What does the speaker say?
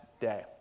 day